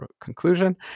conclusion